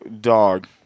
dog